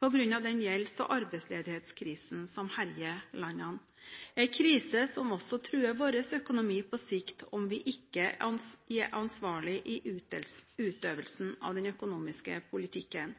den gjelds- og arbeidsledighetskrisen som herjer landene, en krise som også truer vår økonomi på sikt om vi ikke er ansvarlige i utøvelsen av den økonomiske politikken.